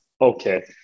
Okay